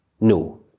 No